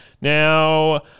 Now